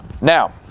Now